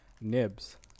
Nibs